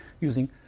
using